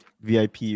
VIP